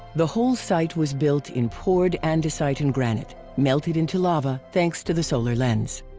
the whole site was built in poured andesite and granite, melted into lava thanks to the solar lens.